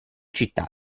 città